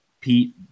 Pete